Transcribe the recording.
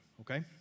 Okay